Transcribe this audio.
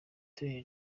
torero